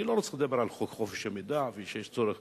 אני לא רוצה לדבר על חוק חופש המידע ושיש צורך